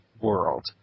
world